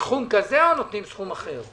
סכום זה או סכום אחר.